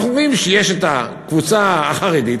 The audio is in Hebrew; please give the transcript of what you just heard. אנחנו רואים שיש את הקבוצה החרדית,